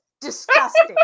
disgusting